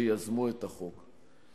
שיזמו את החוק.